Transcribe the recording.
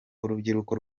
urubyiruko